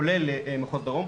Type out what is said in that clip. כולל מחוז דרום,